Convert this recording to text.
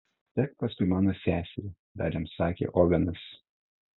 sek paskui mano seserį dar jam sakė ovenas